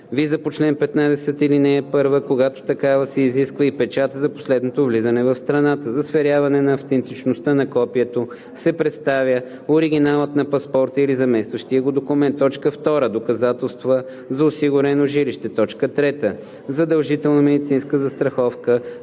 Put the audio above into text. виза по чл. 15, ал. 1, когато такава се изисква, и печата за последното влизане в страната; за сверяване на автентичността на копието се представя и оригиналът на паспорта или заместващия го документ; 2. доказателства за осигурено жилище; 3. задължителна медицинска застраховка,